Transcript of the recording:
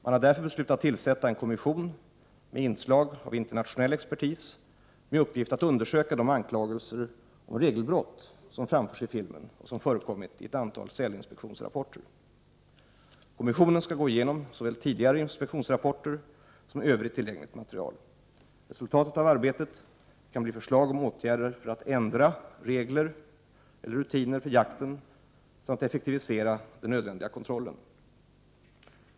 Man har därför beslutat tillsätta en kommission med inslag av internationell expertis med uppgift att undersöka de anklagelser om regelbrott som framförs i filmen och som förekommit i ett antal sälinspektionsrapporter. Kommissionen skall gå igenom såväl tidigare inspektionsrapporter som Övrigt tillgängligt material. Resultatet av arbetet kan bli förslag om åtgärder för att ändra regler eller rutiner för jakten samt effektivisera den nödvändiga kontrollen.